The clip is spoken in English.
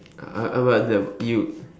uh what that you